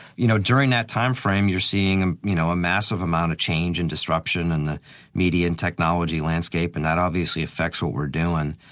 you know during that time frame, you're seeing and you know a massive amount of change and disruption in the media and technology landscape, and that obviously affects what we're doing.